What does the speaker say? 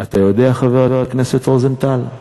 אתה יודע, חבר הכנסת רוזנטל?